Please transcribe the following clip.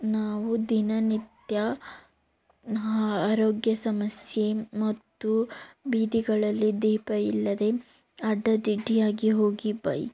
ನಾವು ದಿನನಿತ್ಯ ಆರೋಗ್ಯ ಸಮಸ್ಯೆ ಮತ್ತು ಬೀದಿಗಳಲ್ಲಿ ದೀಪ ಇಲ್ಲದೇ ಅಡ್ಡಾದಿಡ್ಡಿಯಾಗಿ ಹೋಗಿ ಬೈಕ್